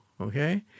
Okay